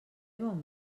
bon